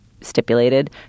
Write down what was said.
Stipulated